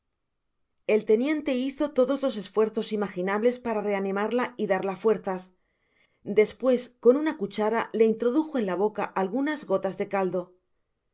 el teniente hizo todos los esfuerzos imaginables para reanimarla y darla fuerzas despues con una cuchara le introdujo en la boca algunas gotas de caldo